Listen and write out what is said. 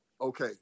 Okay